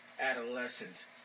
adolescents